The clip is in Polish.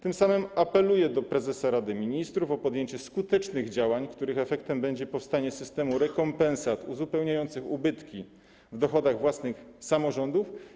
Tym samym apeluję do prezesa Rady Ministrów o podjęcie skutecznych działań, których efektem będzie powstanie systemu rekompensat uzupełniających ubytki w dochodach własnych samorządów.